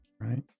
Right